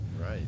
Right